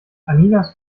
anninas